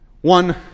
One